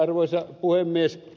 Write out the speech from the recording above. arvoisa puhemies